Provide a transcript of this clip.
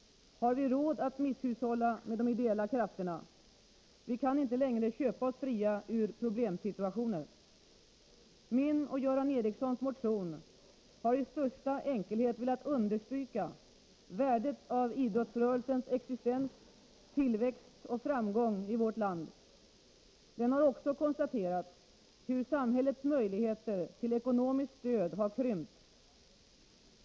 Har vi råd att misshushålla med de ideella krafterna? Vi kan inte längre köpa oss fria ur problemsituationer. Jag och Göran Ericsson har med vår motion i största enkelhet velat understryka värdet av idrottsrörelsens existens, tillväxt och framgång i vårt land. I motionen har vi också konstaterat hur samhällets möjligheter till ekonomiskt stöd har krympt.